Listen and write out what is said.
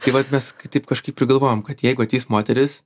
tai vat mes taip kažkaip ir galvojom kad jeigu ateis moterys